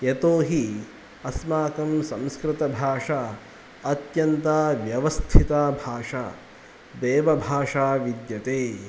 यतो हि अस्माकं संस्कृतभाषा अत्यन्ता व्यवस्थिता भाषा देवभाषा विद्यते